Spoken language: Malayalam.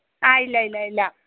ആ ഇല്ല ഇല്ല ഇല്ല